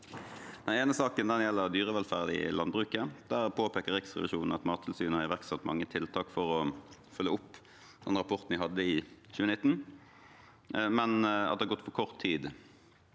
Den ene saken gjelder dyrevelferd i landbruket. Der påpeker Riksrevisjonen at Mattilsynet har iverksatt mange tiltak for å følge opp rapporten de hadde i 2019, men at det har gått for kort tid